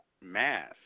Mass